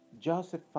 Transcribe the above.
Joseph